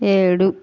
ఏడు